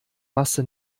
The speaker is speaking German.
masse